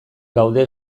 gaude